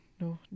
No